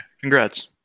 Congrats